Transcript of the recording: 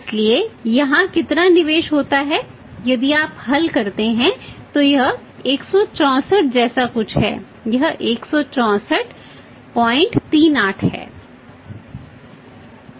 इसलिए यहां कितना निवेश होता है यदि आप हल करते हैं तो यह 164 जैसा कुछ है यह 16438 है